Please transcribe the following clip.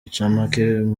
incamake